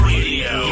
Radio